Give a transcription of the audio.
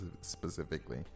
specifically